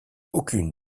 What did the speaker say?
aucune